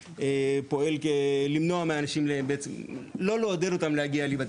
שפועל ההיפך ולא מעודד אותם להגיע להיבדק.